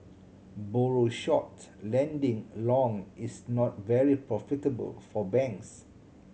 borrow short lending long is not very profitable for banks